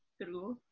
true